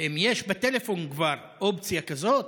ואם כבר יש בטלפון אופציה כזאת,